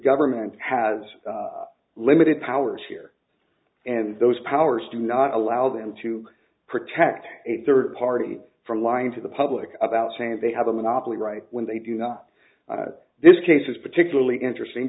government has limited powers here and those powers do not allow them to protect a third party from lying to the public about saying they have a monopoly right when they do not this case is particularly interesting